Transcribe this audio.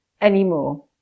anymore